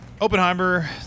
Oppenheimer